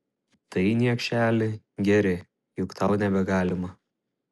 tai niekšeli geri juk tau nebegalima